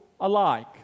alike